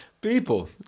People